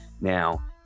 now